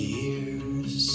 years